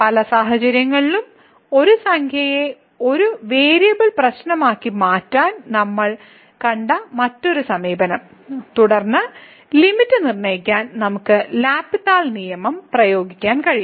പല സാഹചര്യങ്ങളിലും ഒരു സംഖ്യയെ ഒരു വേരിയബിൾ പ്രശ്നമാക്കി മാറ്റാൻ നമ്മൾ കണ്ട മറ്റൊരു സമീപനം തുടർന്ന് ലിമിറ്റ് നിർണ്ണയിക്കാൻ നമുക്ക് L'Hospital നിയമം പ്രയോഗിക്കാൻ കഴിയും